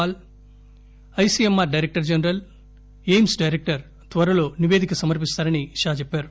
Paul ICMR director general AIIMS director త్వరలో నిపేదిక సమర్పిస్తారని షా చెప్పారు